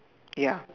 ya